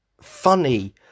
funny